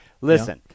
Listen